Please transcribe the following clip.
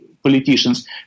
Politicians